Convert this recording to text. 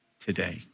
today